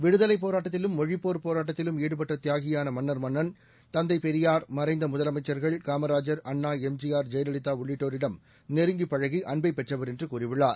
விடுதலைப் போராட்டத்திலும் மொழிப்போர் போராட்டத்திலும் ஈடுபட்ட தியாகியான மன்னர்மன்னன் தந்தை பெரியார் மறைந்த முதலமைச்சர்கள் காமராஜர் அண்ணா எம்ஜிஆர் ஜெயலலிதா உள்ளிட்டோரிடம் நெருங்கிப் பழகி அன்பைப் பெற்றவர் என்று கூறியுள்ளார்